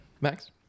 Max